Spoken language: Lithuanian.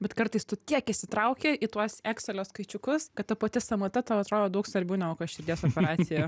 bet kartais tu kiek įsitrauki į tuos ekselio skaičiukus kad ta pati sąmata tau atrodo daug svarbiau negu kokia širdies operacija